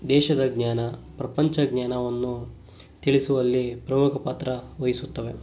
ದೇಶದ ಜ್ಞಾನ ಪ್ರಪಂಚ ಜ್ಞಾನವನ್ನು ತಿಳಿಸುವಲ್ಲಿ ಪ್ರಮುಖ ಪಾತ್ರವಹಿಸುತ್ತವೆ